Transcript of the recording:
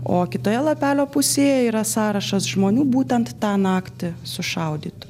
o kitoje lapelio pusėje yra sąrašas žmonių būtent tą naktį sušaudytų